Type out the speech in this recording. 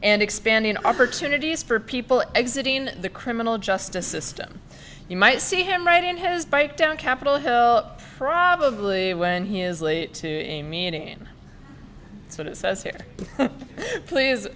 and expanding opportunities for people exiting the criminal justice system you might see him right in his bike down capitol hill probably when he is late to a meeting in what it says here please